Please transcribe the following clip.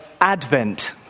Advent